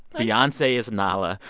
beyonce is nala.